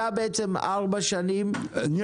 ואתה ארבע שנים מחכה למכסות חדשות?